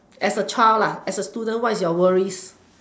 as a child as a student what's your worries